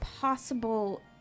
possible